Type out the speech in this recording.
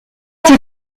tire